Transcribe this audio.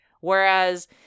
Whereas